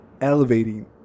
elevating